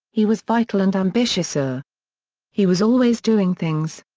he was vital and ambitious. ah he was always doing things.